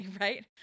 Right